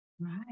Right